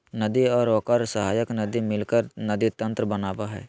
नदी और ओकर सहायक नदी मिलकर नदी तंत्र बनावय हइ